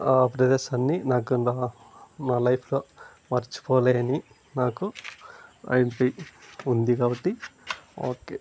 ఆ ప్రదేశాన్ని నాకింకా నా లైఫ్లో మర్చిపోలేని నాకు ఉంది కాబట్టి ఓకే